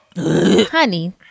Honey